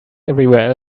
everywhere